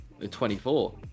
24